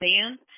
stand